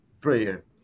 prayer